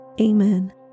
Amen